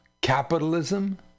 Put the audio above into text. capitalism